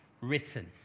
written